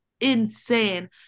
insane